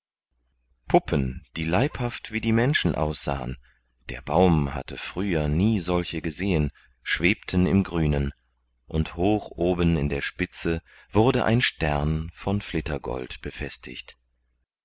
puppen die leibhaft wie die menschen aussahen der baum hatte früher nie solche gesehen schwebten im grünen und hoch oben in der spitze wurde ein stern von flittergold befestigt